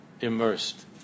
immersed